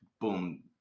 boom